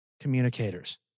communicators